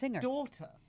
daughter